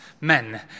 men